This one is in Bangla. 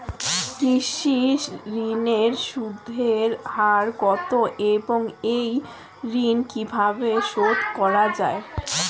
কৃষি ঋণের সুদের হার কত এবং এই ঋণ কীভাবে শোধ করা য়ায়?